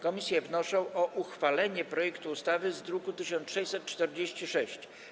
Komisje wnoszą o uchwalenie projektu ustawy z druku nr 1646.